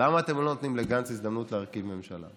למה אתם לא נותנים לגנץ להרכיב ממשלה?